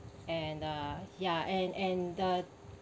and uh ya and and the